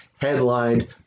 headlined